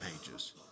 pages